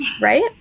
right